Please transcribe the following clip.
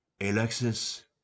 Alexis